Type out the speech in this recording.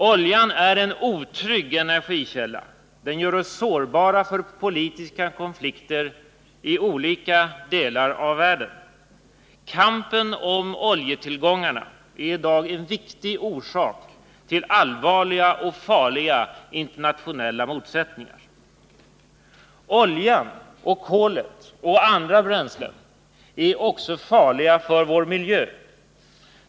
Oljan är en otrygg energikälla. Den gör oss sårbara för politiska konflikter i olika delar av världen. Kampen om oljetillgångarna är i dag en viktig orsak till allvarliga och farliga internationella motsättningar. Oljan, liksom kolet och andra bränslen, är också farlig för vår miljö.